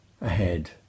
ahead